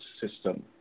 system